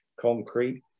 concrete